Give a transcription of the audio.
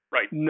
Right